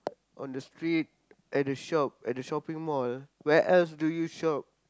on the street at the shop at the shopping mall where else do you shop